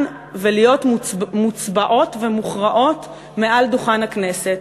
ולהיות מוצבעות ומוכרעות מעל דוכן הכנסת?